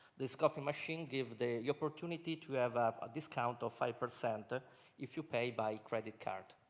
this coffee machine give the opportunity to have ah ah discount of five percent ah if you pay by credit card.